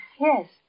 Yes